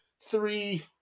three